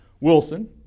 Wilson